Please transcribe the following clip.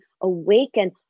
awaken